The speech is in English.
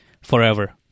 forever